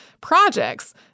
projects